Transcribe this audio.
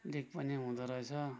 leak पनि हुँदो रहेछ